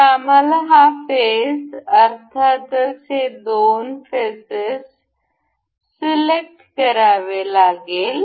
तर आम्हाला हा फेस अर्थातच हे दोन फेसेस सिलेक्ट करावे लागेल